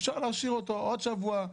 אפשר להשאיר אותה עוד שבוע,